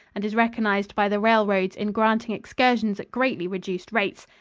and is recognized by the railroads in granting excursions at greatly reduced rates.